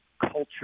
culture